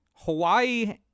Hawaii